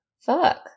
Fuck